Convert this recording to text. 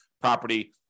property